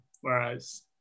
whereas